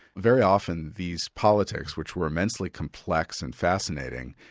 very often these politics, which were immensely complex and fascinating,